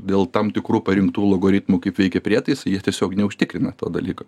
dėl tam tikrų parinktų logaritmų kaip veikia prietaisai jie tiesiog neužtikrina to dalyko